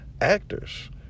actors